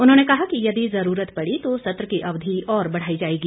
उन्होंने कहा कि यदि ज़रूरत पड़ी तो सत्र की अवधि और बढ़ाई जाएगी